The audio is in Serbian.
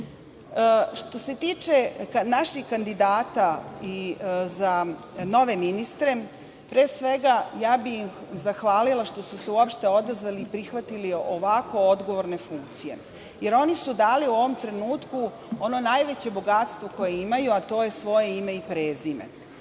se tiče naših kandidata za nove ministre, pre svega bih zahvalila što su se uopšte odazvali i prihvatili ovako odgovorne funkcije, jer oni su dali u ovom trenutku ono najveće bogatstvo koje imaju, a to je svoje ime i prezime.